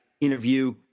interview